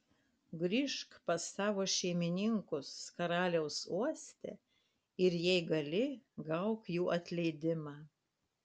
grįžk pas savo šeimininkus karaliaus uoste ir jei gali gauk jų atleidimą